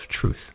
truth